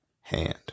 hand